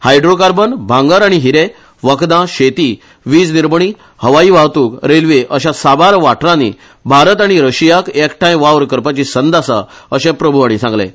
hydro carbon भांगर आनी हिरे वखदां शेती विज निर्मणी हवाई वाहतुक रेल्वे अश्या साबार वाठारानी भारत आनी रशिया एकठांय वावर करपाची संध आसा अशें प्रभू हाणी सांगलें